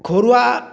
ঘৰুৱা